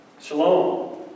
Shalom